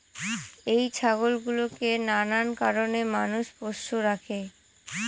এই ছাগল গুলোকে নানান কারণে মানুষ পোষ্য রাখে